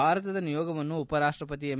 ಭಾರತದ ನಿಯೋಗವನ್ನು ಉಪರಾಷ್ಟಪತಿ ಎಂ